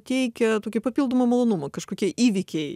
teikia tokį papildomą malonumą kažkokie įvykiai